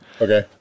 Okay